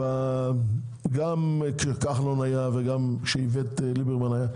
גם כשכחלון היה וגם כשליברמן היה,